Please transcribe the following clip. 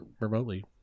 remotely